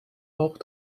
auch